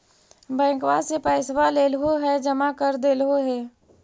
बैंकवा से पैसवा लेलहो है जमा कर देलहो हे?